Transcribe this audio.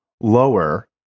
lower